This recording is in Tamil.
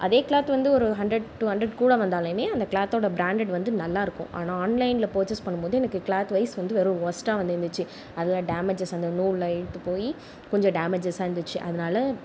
அதே கிளாத் வந்து ஒரு ஹன்ட்ரட் டூ ஹன்ட்ரட் கூட வந்தாலுமே அந்த கிளாத்தோட பிராண்டட் வந்து நல்லா இருக்கும் ஆனால் ஆன்லைனில் பர்சேஸ் பண்ணும்போது எனக்கு கிளாத் வைஸ் வந்து வெறும் ஒஸ்ட்டாக வந்திருந்திச்சு அதில் டேமேஜ்ஜஸ் அந்த நூல்லை எடுத்துப்போய் கொஞ்சம் டேமேஜ்சாக இருந்துச்சி அதனால